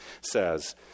says